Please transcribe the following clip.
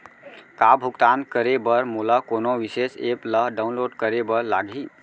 का भुगतान करे बर मोला कोनो विशेष एप ला डाऊनलोड करे बर लागही